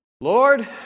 Lord